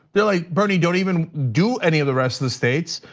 they're like bernie, don't even do any of the rest of the states.